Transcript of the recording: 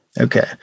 Okay